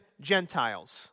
Gentiles